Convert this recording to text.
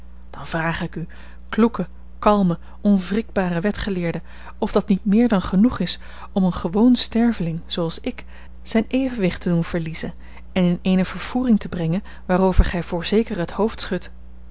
nemen dan vraag ik u kloeke kalme onwrikbare wetgeleerde of dat niet meer dan genoeg is om een gewoon sterveling zooals ik zijn evenwicht te doen verliezen en in eene vervoering te brengen waarover gij voorzeker het hoofd schudt